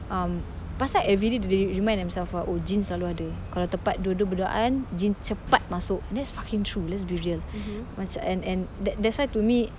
um pasal everyday they remind themselves ah oh jin selalu ada kalau tempat dua-dua berduaan jin cepat masuk that's fucking true let's be real macam and and that's why to me